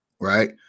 right